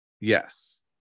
Yes